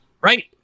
Right